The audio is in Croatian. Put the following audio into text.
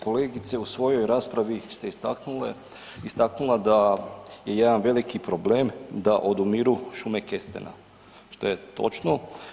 Kolegice u svojoj raspravi ste istaknula da je jedan veliki problem da odumiru šume kestena što je točno.